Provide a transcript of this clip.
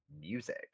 music